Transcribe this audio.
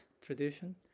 tradition